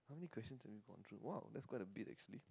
how many questions have we gone through !wow! that's quite a bit actually